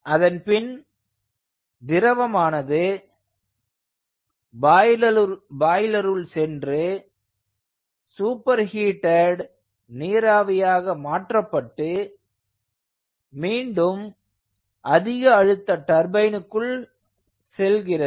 அதன்பின் திரவமானது பாய்லர் உள்சென்று சூப்பர் ஹீட்டட் நீராவியாக மாற்றப்பட்டு மீண்டும் அதிக அழுத்த டர்பைனுக்குள் செல்கிறது